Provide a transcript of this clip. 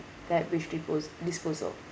that which dipos~ disposal